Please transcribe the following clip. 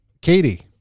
katie